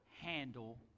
handle